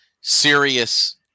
serious